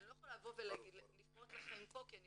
אני לא יכולה לבוא ולפרוט לכם פה כי אני